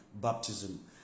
baptism